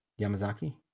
Yamazaki